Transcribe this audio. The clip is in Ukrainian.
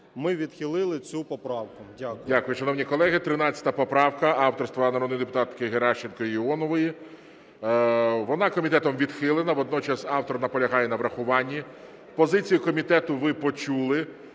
ми відхилили цю поправку. Дякую.